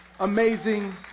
amazing